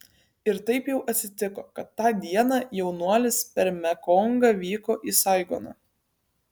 ir taip jau atsitiko kad tą dieną jaunuolis per mekongą vyko į saigoną